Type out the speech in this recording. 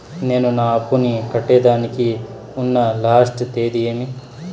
నేను నా అప్పుని కట్టేదానికి ఉన్న లాస్ట్ తేది ఏమి?